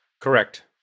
Correct